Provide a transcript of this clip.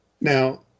Now